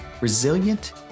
resilient